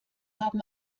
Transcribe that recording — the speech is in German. haben